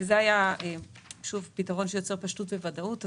זה היה פתרון שיוצר פשטות וודאות.